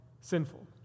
sinful